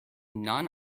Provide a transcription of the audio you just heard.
non